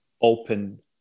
open